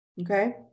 Okay